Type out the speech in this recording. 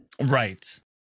Right